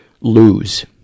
lose